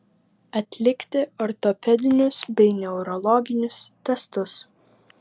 atlikti ortopedinius bei neurologinius testus